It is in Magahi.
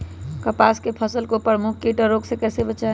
कपास की फसल को प्रमुख कीट और रोग से कैसे बचाएं?